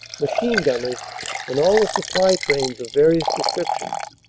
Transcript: machine-gunners and all the supply trains of various descri ptions.